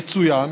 יצוין